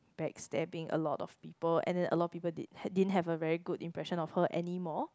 backstabbing a lot of people and then a lot of people did ha~ didn't have a very good impression of her anymore